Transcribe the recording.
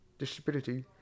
disability